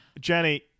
Jenny